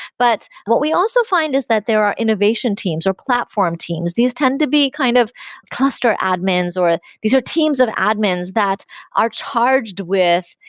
but what we also find is that there are innovation teams or platform teams. these tend to be kind of cluster admins or these are teams of admins that are charged with,